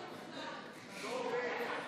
קבוצת סיעת